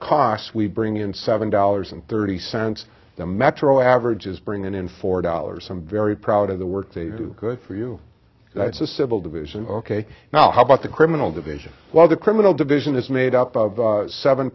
costs we bring in seven dollars and thirty cents the metro averages bring in four dollars i'm very proud of the work they do good for you it's a civil division ok now how about the criminal division while the criminal division is made up of seven